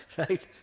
right?